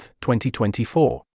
2024